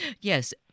Yes